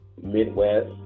Midwest